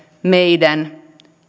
meidän